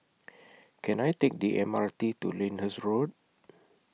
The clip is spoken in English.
Can I Take The M R T to Lyndhurst Road